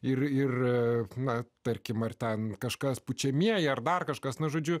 ir ir na tarkim ar ten kažkas pučiamieji ar dar kažkas nužudžiau